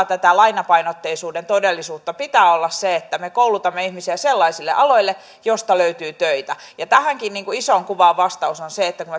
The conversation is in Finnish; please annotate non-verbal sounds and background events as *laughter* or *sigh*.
*unintelligible* tätä lainapainotteisuuden todellisuutta pitää olla se että me koulutamme ihmisiä sellaisille aloille joilta löytyy töitä tähänkin isoon kuvaan vastaus on se että kun *unintelligible*